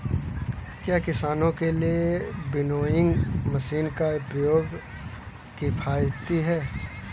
क्या किसानों के लिए विनोइंग मशीन का प्रयोग किफायती है?